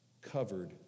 covered